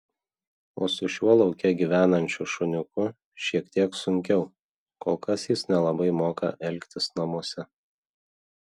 o su šiuo lauke gyvenančiu šuniuku šiek tiek sunkiau kol kas jis nelabai moka elgtis namuose